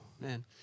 man